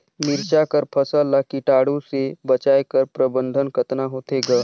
मिरचा कर फसल ला कीटाणु से बचाय कर प्रबंधन कतना होथे ग?